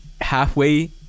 halfway